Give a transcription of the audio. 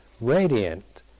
radiant